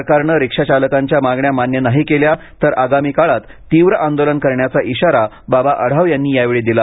सरकारने रिक्षाचालकांच्या मागण्या मान्य नाही केल्या तर आगामी काळात तीव्र आंदोलन करण्याचा इशारा बाबा आढाव यांनी यावेळी दिला